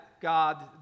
God